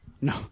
No